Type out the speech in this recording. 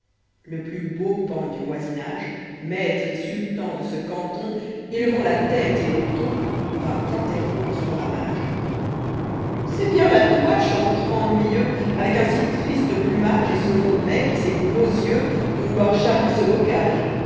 le plus beau paon du voisinage maître et sultan de ce canton elevant la tête et lé ton vint interrompre son ramage c'est bien à toi chantre ennuyeux avec un si triste plumage et ce long bec et ces gros yeux de vouloir charnier